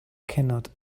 cannot